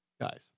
guys